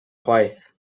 chwaith